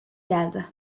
geldi